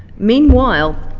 meanwhile,